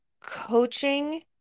coaching